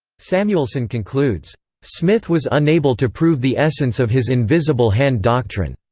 samuelson concludes smith was unable to prove the essence of his invisible-hand doctrine.